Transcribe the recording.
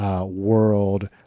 World